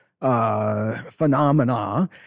phenomena